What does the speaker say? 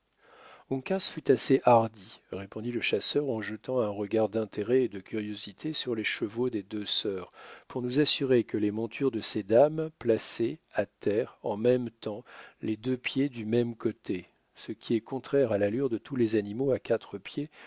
fut assez hardi répondit le chasseur en jetant un regard d'intérêt et de curiosité sur les chevaux des deux sœurs pour nous assurer que les montures de ces dames plaçaient à terre en même temps les deux pieds du même côté ce qui est contraire à l'allure de tous les animaux à quatre